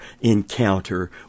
encounter